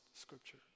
scripture